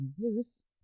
Zeus